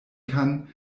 kann